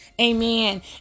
Amen